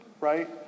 right